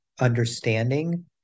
understanding